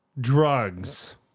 drugs